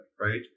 right